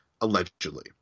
allegedly